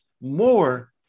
more